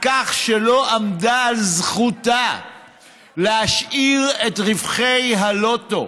היא לא עמדה על זכותה להשאיר את רווחי הטוטו,